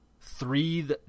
three